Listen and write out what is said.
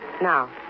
Now